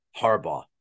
Harbaugh